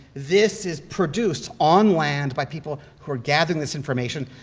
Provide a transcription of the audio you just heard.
this is produced on land by people who were gathering this information,